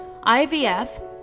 IVF